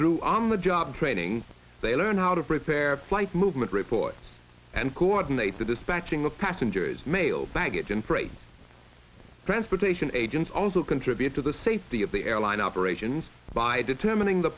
through on the job training they learn how to prepare flight movement reports and coordinate the dispatching of passengers male baggage and freight transportation agents also contribute to the safety of the airline operations by determining the